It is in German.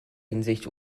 hinsicht